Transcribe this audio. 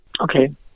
Okay